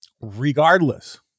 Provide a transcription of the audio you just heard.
regardless